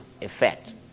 effect